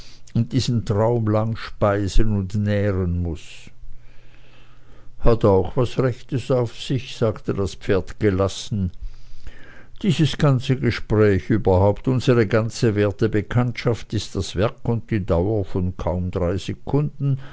und diesen traum lang speisen und nähren muß hat auch was rechtes auf sich sagte das pferd gelassen dieses ganze gespräch überhaupt unsere ganze werte bekanntschaft ist das werk und die dauer von kaum drei sekunden